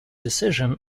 decision